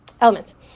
elements